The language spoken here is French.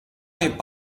est